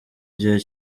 gihe